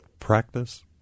Practice